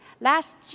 last